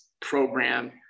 program